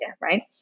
right